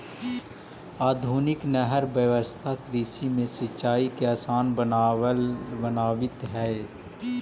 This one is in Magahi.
आधुनिक नहर व्यवस्था कृषि में सिंचाई के आसान बनावित हइ